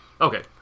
Okay